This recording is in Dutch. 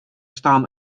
staan